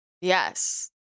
yes